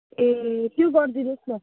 ए त्यो गरिदिनुहोस् न